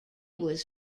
was